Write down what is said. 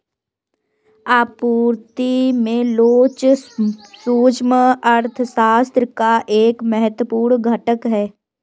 आपूर्ति में लोच सूक्ष्म अर्थशास्त्र का एक महत्वपूर्ण घटक है